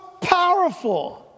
powerful